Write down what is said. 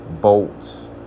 bolts